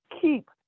keep